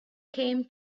came